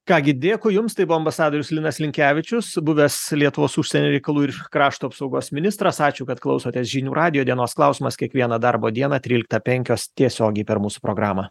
ką gi dėkui jums tai buvo ambasadorius linas linkevičius buvęs lietuvos užsienio reikalų ir krašto apsaugos ministras ačiū kad klausotės žinių radijo dienos klausimas kiekvieną darbo dieną tryliktą penkios tiesiogiai per mūsų programą